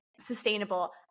sustainable